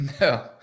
No